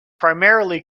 primarily